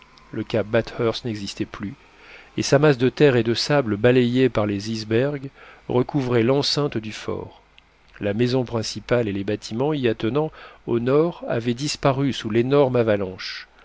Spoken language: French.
le cap bathurst n'existait plus et sa masse de terre et de sable balayée par les icebergs recouvrait l'enceinte du fort la maison principale et les bâtiments y attenant au nord avaient disparu sous l'énorme avalanche